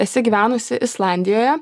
esi gyvenusi islandijoje